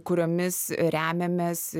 kuriomis remiamės